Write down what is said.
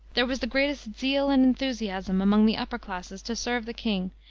there was the greatest zeal and enthusiasm among the upper classes to serve the king,